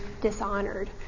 dishonored